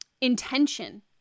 intention